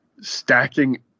Stacking